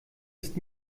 ist